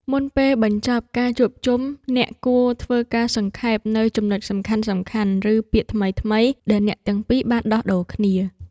មុនពេលបញ្ចប់ការជួបជុំ អ្នកគួរធ្វើការសង្ខេបនូវចំណុចសំខាន់ៗ ឬពាក្យថ្មីៗដែលអ្នកទាំងពីរបានដោះដូរគ្នា។